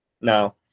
No